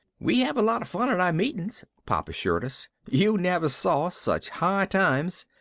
we have a lot of fun at our meetings, pop assured us. you never saw such high times.